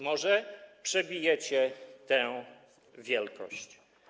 Może przebijecie tę wielkość.